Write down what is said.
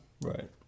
Right